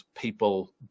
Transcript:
people